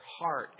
heart